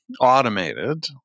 automated